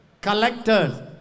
collectors